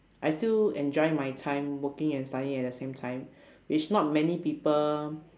I still enjoy my time working and studying at the same time which not many people